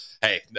Hey